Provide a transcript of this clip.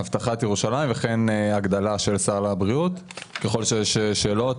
אבטחת ירושלים וכן הגדלה של סל הבריאות ככל שיש שאלות,